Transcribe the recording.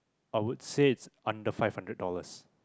I would say it's under five hundred dollars